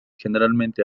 generalmente